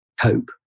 cope